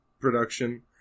production